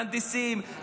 מהנדסים,